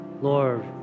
Lord